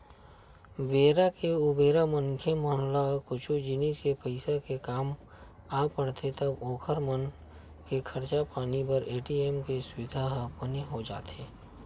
बेरा के उबेरा मनखे मन ला कुछु जिनिस के पइसा के काम आ पड़थे तब ओखर मन के खरचा पानी बर ए.टी.एम के सुबिधा ह बने हो जाथे